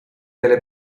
delle